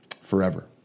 forever